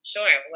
Sure